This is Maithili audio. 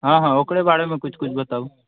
हँ हँ ओकरे बारेमे किछु किछु बताबु